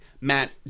Matt